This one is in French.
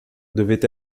devant